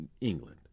England